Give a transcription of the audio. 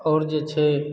आओर जे छै